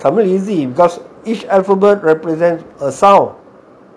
tamil easy because each alphabet represents a sound